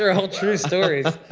are all true stories.